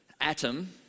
atom